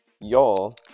y'all